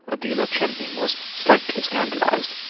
adela chemping was slightly scandalised.